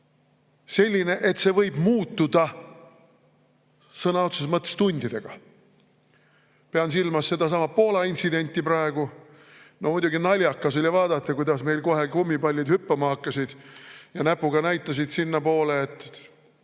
selline, et see võib muutuda sõna otseses mõttes tundidega. Pean silmas sedasama Poola intsidenti. No muidugi oli naljakas vaadata, kuidas meil kohe kummipallid hüppama hakkasid ja näpuga näitasid sinnapoole, et